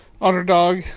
underdog